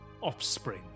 offspring